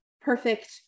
perfect